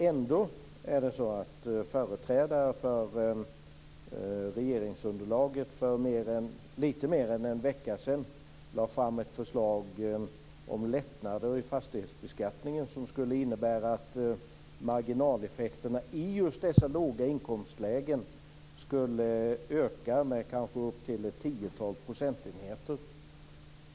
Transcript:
Ändå lade företrädare för regeringsunderlaget för lite mer än en vecka sedan fram ett förslag om lättnader i fastighetsbeskattningen, som skulle innebära att marginaleffekterna i just dessa låga inkomstlägen skulle öka med kanske upp till ett tiotal procentenheter.